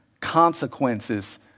consequences